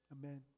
Amen